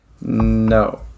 No